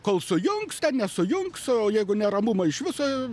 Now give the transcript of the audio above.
kol sujungs nesujungs o jeigu neramumai iš viso